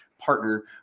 partner